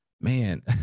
man